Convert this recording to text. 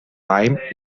time